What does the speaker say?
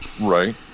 right